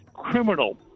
criminal